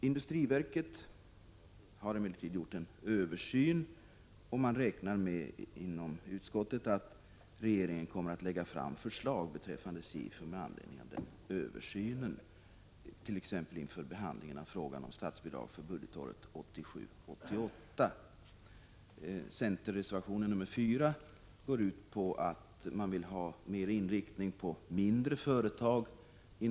Industriverket har emellertid gjort en översyn, och man räknar inom utskottet med att regeringen kommer att lägga fram förslag beträffande SIFU med anledning av den översynen, t.ex. inför behandlingen av frågan om statsbidrag för budgetåret 1987/88. I centerreservation nr 4 framförs önskemål om att SIFU:s verksamhet mera skall inriktas på mindre företag.